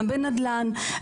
גם בנדל"ן,